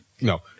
No